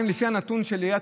לפי נתון של עיריית